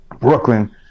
Brooklyn